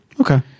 Okay